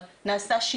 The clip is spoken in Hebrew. נעשה ריענון לנוהל,